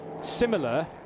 similar